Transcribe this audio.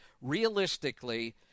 Realistically